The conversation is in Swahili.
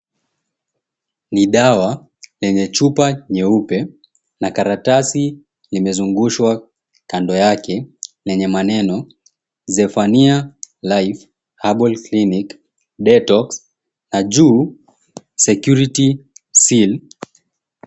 Ni dawa enye chupa nyeupe na karatasi imezungushwa kando yake lenye maneno, Zephania Life Herbal Clinic Detox na juu Security Seal.